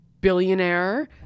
billionaire